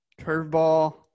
curveball